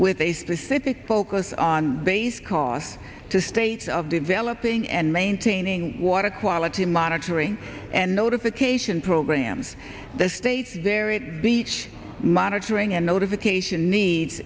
with a specific focus on base cost to states of developing and maintaining water quality monitoring and notification programs the state their it beach monitoring and notification needs